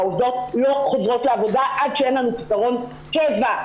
העובדות לא חוזרות לעבודה עד שאין לנו פתרון קבע.